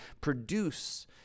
produce